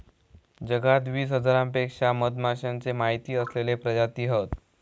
जगात वीस हजारांपेक्षा मधमाश्यांचे माहिती असलेले प्रजाती हत